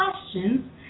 questions